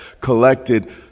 collected